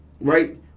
Right